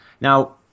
Now